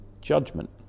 judgment